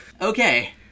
okay